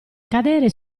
cadere